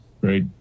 great